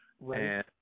Right